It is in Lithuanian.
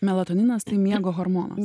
melatoninas miego hormonas